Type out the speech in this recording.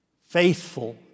faithful